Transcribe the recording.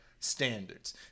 Standards